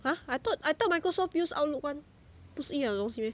!huh! I thought I thought microsoft use outlook [one] 不是一样的东西 meh